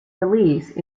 release